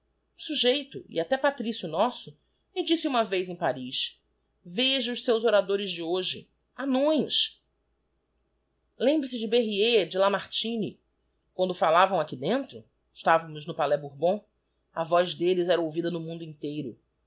sujeito e até patrício nosso me disse uma vez em pariz veja os seus oradores de hoje anões lembre-se de berryer de lamartine quando falavam aqui dentro estávamos no palais bourbon a voz d'elles era ouvida no m undo inteiro